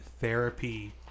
therapy